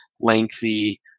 lengthy